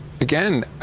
Again